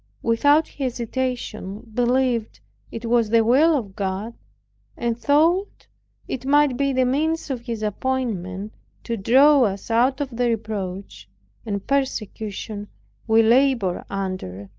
without hesitation, believed it was the will of god and thought it might be the means of his appointment to draw us out of the reproach and persecution we labored under,